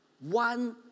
One